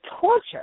torture